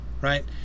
right